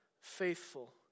faithful